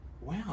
Wow